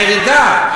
הירידה,